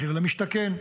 מחיר למשתכן,